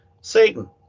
Satan